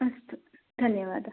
अस्तु धन्यवादः